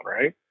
right